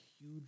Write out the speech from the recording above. huge